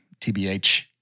TBH